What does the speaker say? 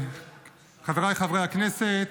חבריי חברי הכנסת,